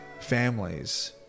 families